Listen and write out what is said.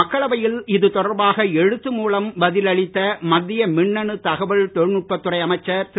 மக்களவையில் இதுதொடர்பாக எழுத்து மூலம் பதில் அளித்த மத்திய மின்னணு தகவல் தொழில்நுட்பத் துறை அமைச்சர் திரு